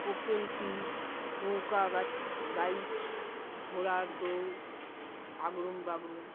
open টি নৌকা বা বাইচ ঘোড়ার দৌড় আগরুম বাগরুম